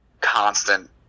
constant